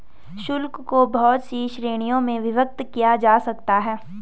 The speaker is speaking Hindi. शुल्क को बहुत सी श्रीणियों में विभक्त किया जा सकता है